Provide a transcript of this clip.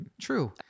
true